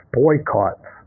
boycotts